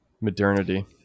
modernity